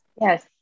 Yes